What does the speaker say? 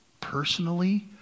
personally